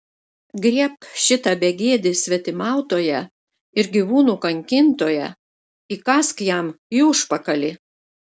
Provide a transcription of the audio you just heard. griebk šitą begėdį svetimautoją ir gyvūnų kankintoją įkąsk jam į užpakalį